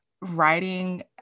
writing